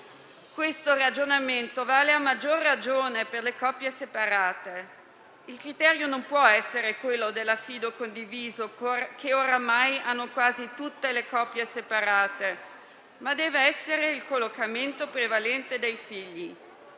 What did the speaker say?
Questo ragionamento vale, a maggior ragione, per le coppie separate. Il criterio non può essere quello dell'affido condiviso, che oramai hanno quasi tutte le coppie separate, ma deve essere il collocamento prevalente dei figli,